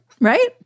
right